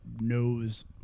knows